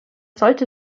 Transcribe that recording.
sollte